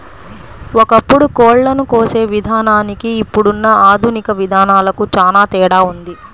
ఒకప్పుడు కోళ్ళను కోసే విధానానికి ఇప్పుడున్న ఆధునిక విధానాలకు చానా తేడా ఉంది